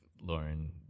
Lauren